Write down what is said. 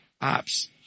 Ops